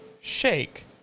shake